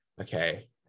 okay